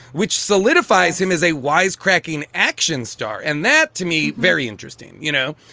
which solidifies him as a wisecracking action star. and that, to me, very interesting, you know.